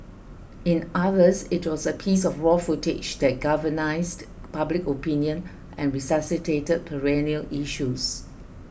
in others it was a piece of raw footage that galvanised public opinion and resuscitated perennial issues